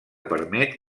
permet